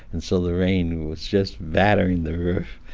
and so the rain was just battering the roof.